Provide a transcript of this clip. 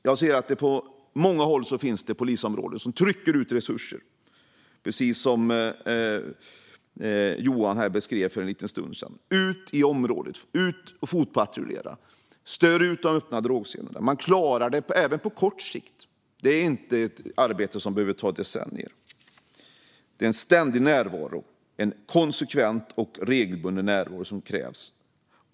Jag ser att det på många håll finns polisområden som trycker ut resurser i områdena, precis som Johan här beskrev för en liten stund sedan. Man fotpatrullerar och stör ut de öppna drogscenerna. Man klarar det även på kort sikt. Det är inte ett arbete som behöver ta decennier. Det är en ständig, konsekvent och regelbunden närvaro som krävs.